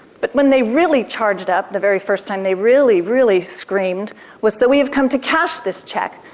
but when they really charged up, the very first time they really really screamed was so we have come to cash this check,